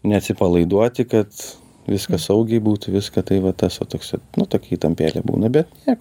neatsipalaiduoti kad viskas saugiai būtų viską tai va tas va toks nu tokia įtampėlė būna bet nieko